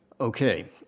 Okay